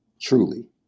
truly